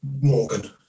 Morgan